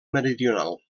meridional